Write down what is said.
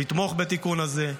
לתמוך בתיקון הזה,